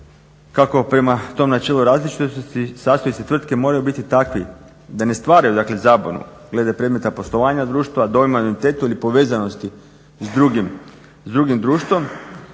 Kako prema tom načelu različitosti sastavi tvrtke moraju biti takvi da ne stvaraju zabunu glede predmeta poslovanja društva, dojma identiteta ili povezanosti s drugim društvom